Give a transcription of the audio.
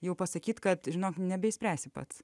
jau pasakyti kad žinok nebeišspręsi pats